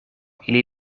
ili